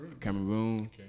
Cameroon